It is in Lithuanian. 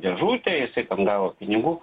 dėžutė jisai gavo pinigų